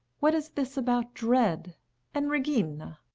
what is this about dread and regina?